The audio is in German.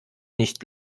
nicht